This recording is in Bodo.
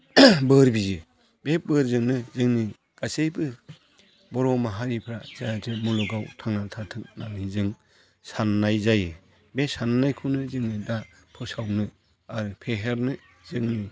बोर बियो बे बोरजोंनो जोंनि गासैबो बर' माहारिफोरा जाहाथे मुलुगाव थांनानै थाथों होननानै जों साननाय जायो बे साननायखौनो जोङो दा फोसावनो आरो फेहेरनो जोंनि